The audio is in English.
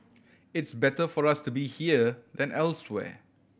it's better for us to be here than elsewhere